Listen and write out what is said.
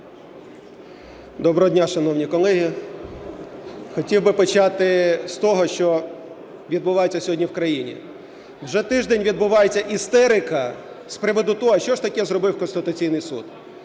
Доброго дня, шановні колеги. Хотів би почати з того, що відбувається сьогодні в країні. Вже тиждень відбувається істерика з приводу того, а що ж таке зробив Конституційний Суд.